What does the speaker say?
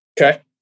Okay